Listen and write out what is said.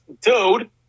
dude